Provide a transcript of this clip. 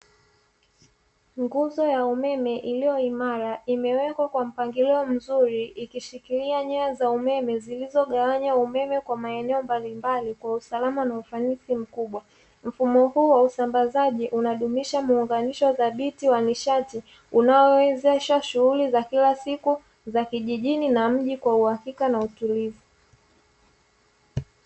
Nguzo ya umeme iliyo imara, imewekwa kwa mpangilio mzuri ikishikilia nyaya za umeme zilizogawanya umeme kwa maeneo mbalimbali kwa usalama na ufanisi mkubwa. Mfumo huu wa usambazaji unadumisha muunganisho thabiti wa nishati, unaowezesha shughuli za kila siku za kijijini na mji kwa uhakika na utulivu.